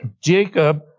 Jacob